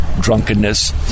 drunkenness